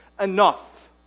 enough